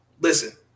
Listen